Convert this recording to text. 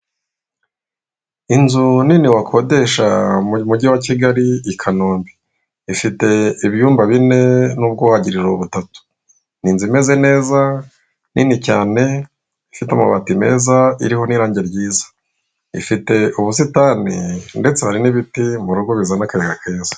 Inzu nini wakodesha mu mugi wa kigali i Kanombe, ifite ibyumba bine n'ubwuhagiriro butatu, ni inzu imeze neza, nini cyane, ifite amabati meza iriho n'irangi ryiza, ifite ubusitani, ndetse hari n'ibiti bizana akayaga keza.